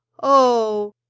oh,